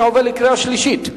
אני עובר לקריאה שלישית.